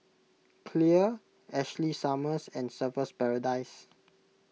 Clear Ashley Summers and Surfer's Paradise